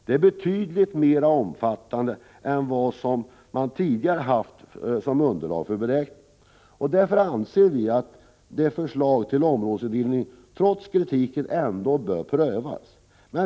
Det är betydligt mera omfattande än de underlag för beräkningar som man tidigare har haft. Vi anser därför att förslaget till ny stödområdesindelning trots kritiken ändå bör prövas.